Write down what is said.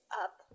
up